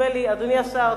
אדוני השר,